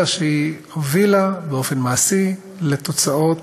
אלא הובילה באופן מעשי לתוצאות